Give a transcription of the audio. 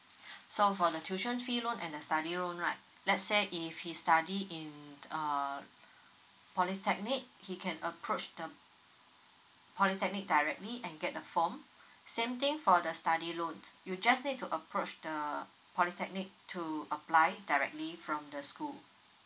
so for the tuition fee loan and the study loan right let's say if he study in uh polytechnic he can approach the polytechnic directly and get the form same thing for the study loan you just need to approach the polytechnic to apply directly from the school